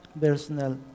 personal